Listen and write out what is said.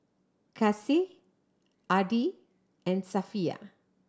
Kasih Adi and Safiya